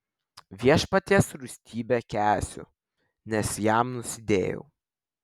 viešpaties rūstybę kęsiu nes jam nusidėjau